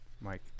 Mike